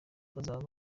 bazaba